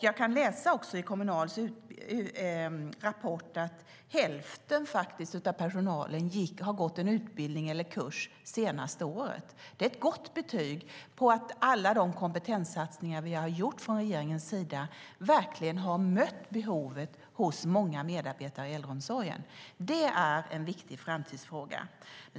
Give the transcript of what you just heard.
Jag kan också läsa i Kommunals rapport att hälften av personalen har gått en utbildning eller kurs det senaste året. Det är ett gott betyg på att alla de kompetenssatsningar vi har gjort från regeringens sida verkligen har mött behovet hos många medarbetare i äldreomsorgen. Det är en viktig framtidsfråga.